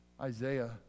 Isaiah